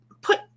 put